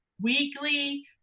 weekly